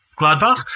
Gladbach